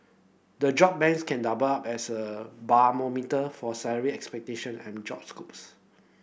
the job banks can up as a for salary expectation and job scopes